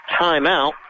timeout